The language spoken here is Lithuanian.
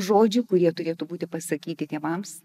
žodžių kurie turėtų būti pasakyti tėvams